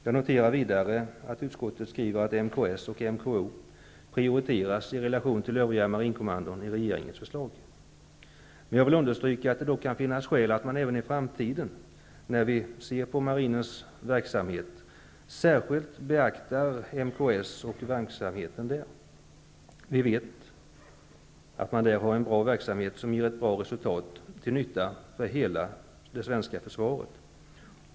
Jag noterar vidare att utskottet skriver att Marinkommando Syd och Marinkommando Ost i regeringens förslag prioriteras i relation till övriga marinkommandon. Jag vill understryka att det även i framtiden, när vi ser på marinens verksamhet, kan finnas skäl att särskilt beakta Marinkommando Syd och verksamheten där. Vi vet att man där har en bra verksamhet som ger ett bra resultat till nytta för hela det svenska försvaret.